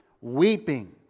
weeping